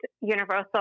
universal